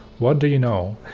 what do you know!